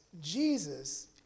Jesus